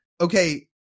okay